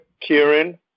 Kieran